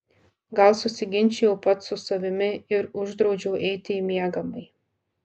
gal susiginčijau pats su savimi ir uždraudžiau eiti į miegamąjį